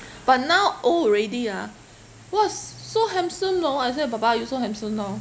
but now old already ah !wah! s~ so handsome you know I say ba ba you so handsome now